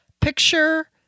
Picture